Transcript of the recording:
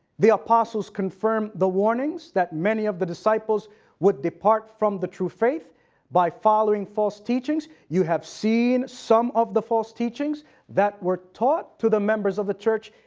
the apostles confirmed the warnings that many of the disciples would depart from the true faith by following false teachings. you have seen some of the false teachings that were taught to the members of the church,